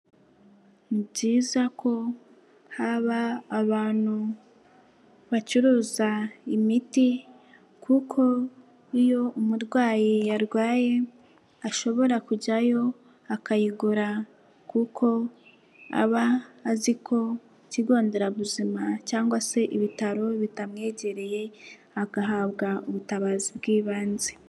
Ni byiza ko haba abantu bacuruza imiti kuko iyo umurwayi yarwaye ashobora kujyayo akayigura kuko aba azi ko ikigo nderabuzima cyangwa se ibitaro bitamwegereye agahabwa ubutabazi bw'ibanze.